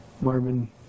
Marvin